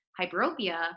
hyperopia